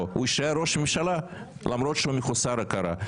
הוא יישאר ראש ממשלה למרות שהוא מחוסר הכרה.